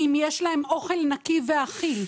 אם יש להם אוכל נקי ואכיל,